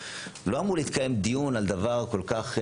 לא אמור להתקיים דיון על דבר כל כך,